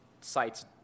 sites